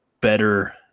better